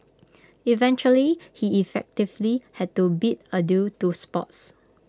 eventually he effectively had to bid adieu to sports